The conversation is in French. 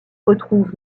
retrouve